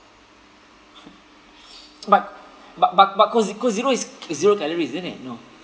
but but but but coke ze~ coke zero is zero calories isn't it no